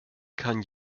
kann